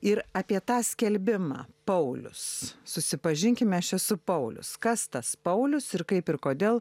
ir apie tą skelbimą paulius susipažinkime aš esu paulius kas tas paulius ir kaip ir kodėl